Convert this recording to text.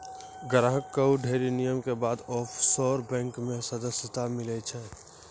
ग्राहक कअ ढ़ेरी नियम के बाद ऑफशोर बैंक मे सदस्यता मीलै छै